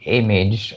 image